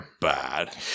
bad